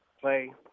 play